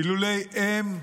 אילולא הם,